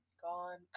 gone